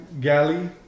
Galley